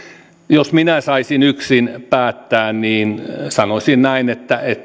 jos minä saisin yksin päättää niin sanoisin näin että